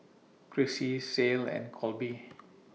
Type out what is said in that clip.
Crissy Ceil and Kolby